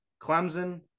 Clemson